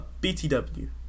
BTW